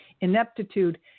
ineptitude